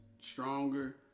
Stronger